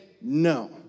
no